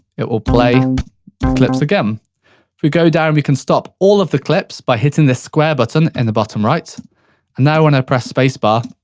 it will play clips again. if we go down, we can stop all of the clips, by hitting this square button, in and the bottom right. and now, when i press space bar,